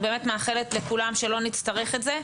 אני באמת מאחלת לכולם שלא נצטרך את זה,